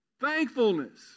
Thankfulness